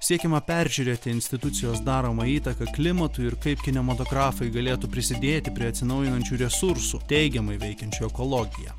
siekiama peržiūrėti institucijos daromą įtaką klimatui ir kaip kinematografai galėtų prisidėti prie atsinaujinančių resursų teigiamai veikiančių ekologiją